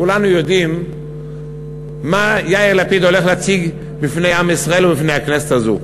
כולנו יודעים מה יאיר לפיד הולך להציג בפני עם ישראל ובפני הכנסת הזאת.